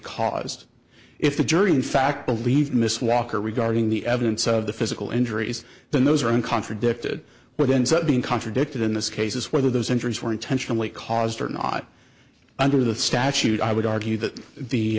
caused if the jury in fact believed miss walker regarding the evidence of the physical injuries then those are in contradicted what ends up being contradicted in this case is whether those injuries were intentionally caused or not under the statute i would argue that the